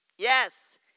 Yes